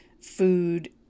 food